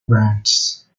brands